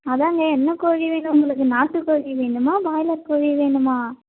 அதாங்க என்ன கோழி வேணும் உங்களுக்கு நாட்டு கோழி வேணுமா பாய்லர் கோழி வேணுமா